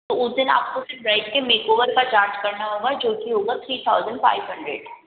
तो उस दिन आपको सिर्फ ब्राइड के मेकओवर का चार्ज करना होगा जो कि होगा थ्री थाउजेन्ड फाइव हंड्रेड